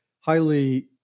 highly